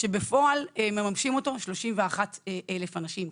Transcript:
כשבפועל מממשים אותו 31,000 אנשים.